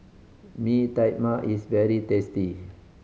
Mee Tai Mak is very tasty